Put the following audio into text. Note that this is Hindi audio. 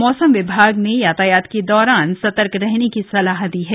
मौसम विभाग ने यातायात के दौरान सतर्क रहने की सलाह दी है